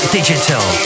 Digital